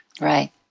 Right